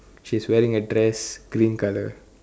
she is wearing a dress green colour